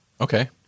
Okay